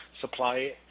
supply